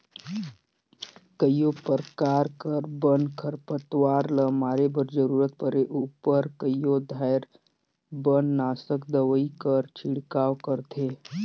कइयो परकार कर बन, खरपतवार ल मारे बर जरूरत परे उपर कइयो धाएर बननासक दवई कर छिड़काव करथे